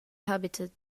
habitat